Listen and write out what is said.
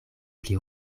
pli